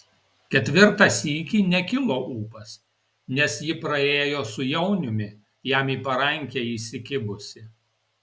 ketvirtą sykį nekilo ūpas nes ji praėjo su jauniumi jam į parankę įsikibusi